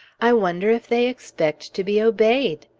i wonder if they expect to be obeyed?